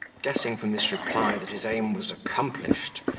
guessing from this reply, that his aim was accomplished,